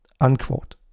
Unquote